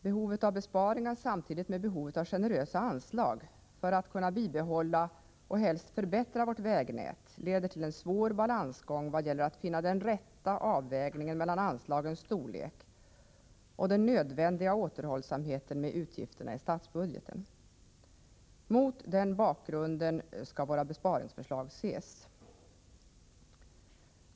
Behovet av besparingar samtidigt med behovet av generösa anslag för att kunna bibehålla och helst förbättra vårt vägnät leder till en svår balansgång vad gäller att finna den rätta avvägningen mellan anslagens storlek och den nödvändiga återhållsamheten med utgifterna i statsbudgeten. Mot den bakgrunden skall våra besparingsförslag ses.